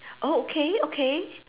oh okay okay